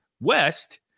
west